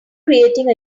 creating